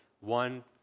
one